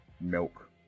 milk